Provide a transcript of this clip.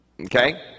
Okay